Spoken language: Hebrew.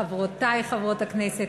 חברותי חברות הכנסת,